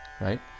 right